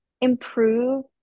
improve